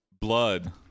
blood